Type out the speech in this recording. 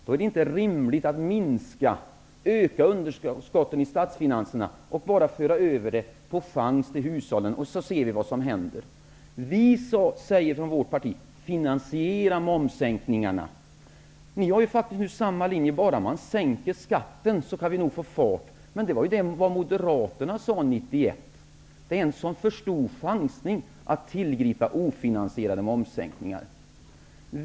Då är det inte rimligt att öka underskottet i statsfinanserna och bara föra över det på chans till hushållen och se vad som händer. I vårt parti säger vi: Finansiera momssänkningarna. Ni hävdar ju: Bara man sänker skatten, kan man få fart. Men det var vad Moderaterna sade 1991. Det är en alltför stor chansning att tillgripa ofinansierade momssänkningar.